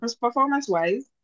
Performance-wise